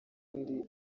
undi